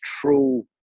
true